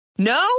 No